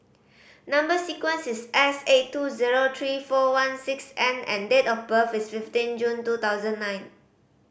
number sequence is S eight two zero three four one six N and date of birth is fifteen June two thousand nine